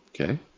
Okay